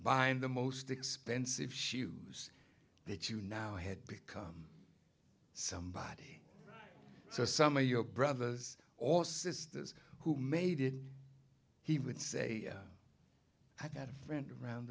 bind the most expensive shoes that you now had become somebody so some of your brothers or sisters who made it he would say i've got a friend around